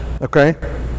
Okay